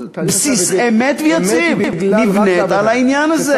כל תהליך השחיטה, נבנה על העניין הזה.